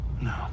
no